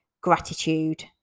gratitude